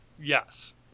Yes